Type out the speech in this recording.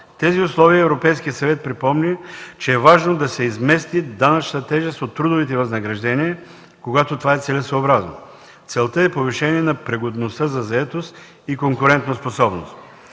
тези условия Европейският съвет припомни, че е важно да се измести данъчната тежест от трудовите възнаграждения, когато това е целесъобразно. Целта е повишаване на пригодността за заетост и конкурентоспособността.